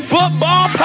Football